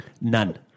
None